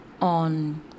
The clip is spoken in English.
on